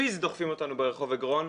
פיזית דוחפים אותנו ברחוב אגרון,